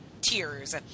tears